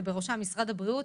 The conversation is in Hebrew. ובראשם משרד הבריאות,